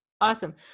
Awesome